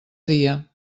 dia